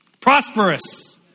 Prosperous